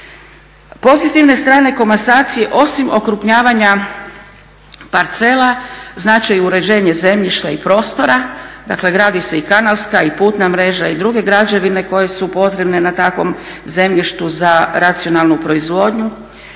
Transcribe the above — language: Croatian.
Pozitivne strane komasacije osim okrupnjavanja parcela znači i uređenje zemljišta i prostora, dakle gradi se i kanalska i putna mreža i druge građevine koje su potrebne na takvom zemljištu za racionalnu proizvodnju.